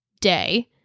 day